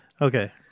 Okay